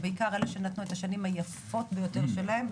ובעיקר אלה שנתנו את השנים היפות ביותר שלהם,